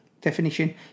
definition